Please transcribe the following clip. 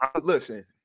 Listen